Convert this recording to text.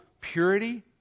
purity